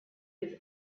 his